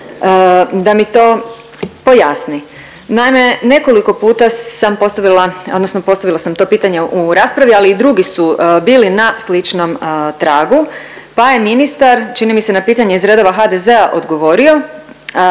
da mi to pojasni. Naime, nekoliko puta sam postavila odnosno postavila sam to pitanje u raspravi, ali i drugi su bili na sličnom tragu, pa je ministar čini mi se na pitanje iz redova HDZ-a odgovorio